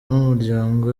n’umuryango